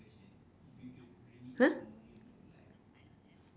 !huh!